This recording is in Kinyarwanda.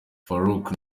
farook